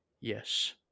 Yes